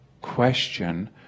question